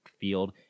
field